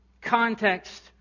Context